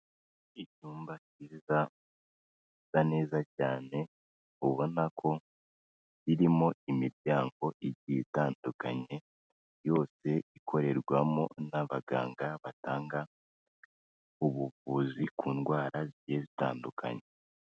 Icyumba cyiza gisa neza cyane, ubona ko kirimo imiryango igiye itandukanye, yose ikorerwamo n'abaganga batanga ubuvuzi ku ndwara zigiye zitandukanye.